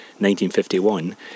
1951